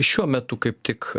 šiuo metu kaip tik